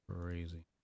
crazy